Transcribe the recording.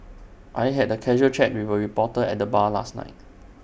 I had A casual chat with A reporter at the bar last night